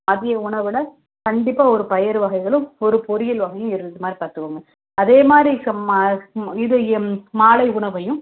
மதிய உணவில் கண்டிப்பாக ஒரு பயிறு வகைகளும் ஒரு பொரியல் வகையும் இருக்கிற மாதிரி பார்த்துக்கோங்க அதேமாதிரி க மா ம் இது இ மாலை உணவையும்